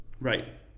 right